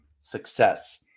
success